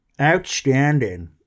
outstanding